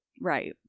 Right